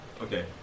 Okay